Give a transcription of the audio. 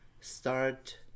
start